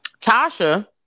Tasha